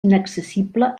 inaccessible